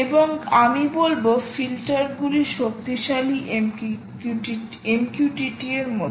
এবং আমি বলব ফিল্টারগুলি শক্তিশালী MQTT এর মত